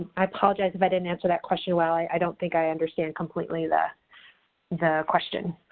i apologize if i didn't answer that question well. i don't think i understand completely the the question.